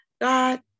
God